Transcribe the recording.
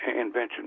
invention